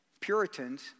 Puritans